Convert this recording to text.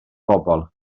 bobl